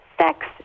sex